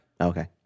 Okay